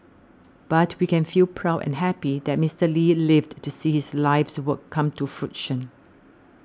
but we can feel proud and happy that Mister Lee lived to see his life's work come to fruition